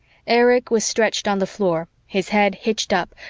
erich was stretched on the floor, his head hitched up,